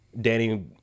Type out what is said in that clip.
Danny